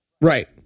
Right